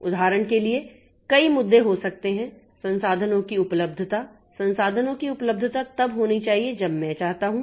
उदाहरण के लिए कई मुद्दे हो सकते हैं संसाधनों की उपलब्धता संसाधनों की उपलब्धता तब होनी चाहिए जब मैं चाहता हूं